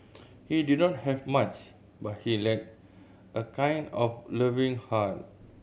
he did not have much but he like a kind of loving heart